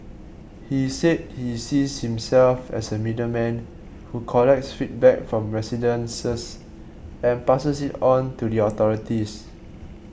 he said he sees himself as a middleman who collects feedback from residences and passes it on to the authorities